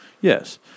Yes